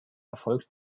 erfolgte